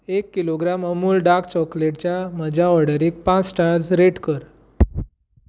एक kilogram Amul dark chocolate च्या म्हज्या ऑर्डरीक पांच स्टार्स रेट कर